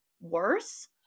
worse